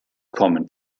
kommen